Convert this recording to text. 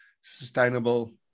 sustainable